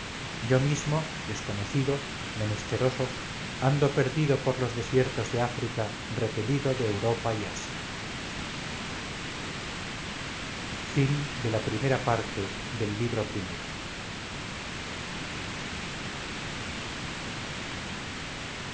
yo mismo desconocido menesteroso ando perdido por los desiertos de áfrica repelido de europa y asia